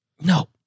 No